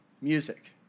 music